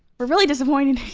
we're really disappointed.